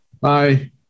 Bye